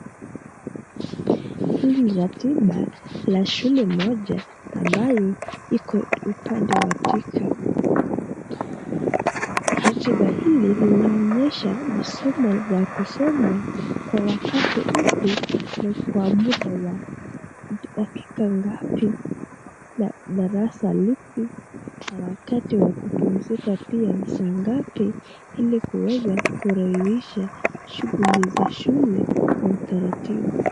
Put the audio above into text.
Hii ni ratiba ya shule moja ambaye iko upande wa Thika. Ratiba hii zinaonyesha masomo ya kusomwa kwa wakati na muda wa dakika ngapi na darasa lipi na wakati wa kumpuzika pia ni saa ngapi ili kurahisisha shughuli za shule kwa utaratibu.